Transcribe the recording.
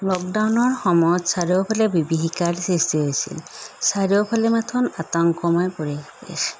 লকডাউনৰ সময়ত চাৰিওফালে বিভীষিকাৰ সৃষ্টি হৈছিল চাৰিওফালে মাথোন আতংকময় পৰিৱেশ